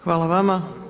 Hvala vama.